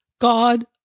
God